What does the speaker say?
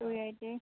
two eighty